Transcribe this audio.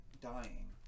dying